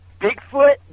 Bigfoot